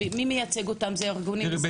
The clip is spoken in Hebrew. מי מייצג אותם, זה ארגונים אזרחיים?